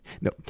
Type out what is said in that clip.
No